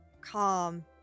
calm